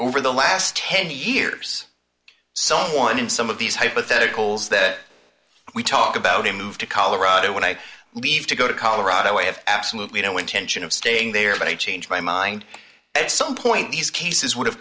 over the last ten years someone in some of these hypotheticals that we talk about a move to colorado when i leave to go to colorado way of absolutely no intention of staying there but i changed my mind at some point these cases would have